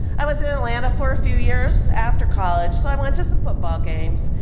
i was in atlanta for a few years after college, so i went to some football games.